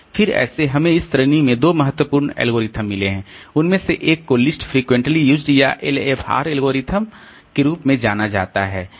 फिर ऐसे हमें इस श्रेणी में दो महत्वपूर्ण एल्गोरिदम मिले हैं उनमें से एक को लिस्ट फ्रिक्वेंटली यूज्ड या एलएफआर एल्गोरिथ्म के रूप में जाना जाता है